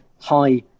high